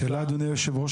אדוני היושב-ראש,